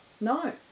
No